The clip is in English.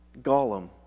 Gollum